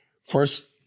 First